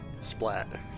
splat